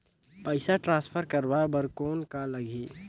पइसा ट्रांसफर करवाय बर कौन का लगही?